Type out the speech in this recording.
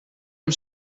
amb